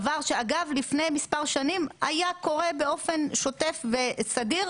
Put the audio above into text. דבר שאגב לפני מספר שנים היה קורה באופן שוטף וסדיר,